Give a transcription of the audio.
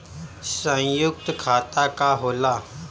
सयुक्त खाता का होला?